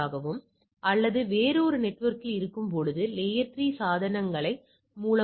02 ஐ விட அதிகமாக இருந்தால் நான் இன்மை கருதுகோளை நிராகரிக்கிறேன் உங்களுக்கு புரிகிறதா